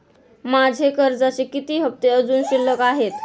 माझे कर्जाचे किती हफ्ते अजुन शिल्लक आहेत?